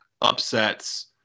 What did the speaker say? upsets –